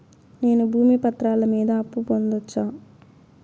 నేను భూమి పత్రాల మీద అప్పు పొందొచ్చా?